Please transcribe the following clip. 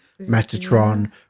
Metatron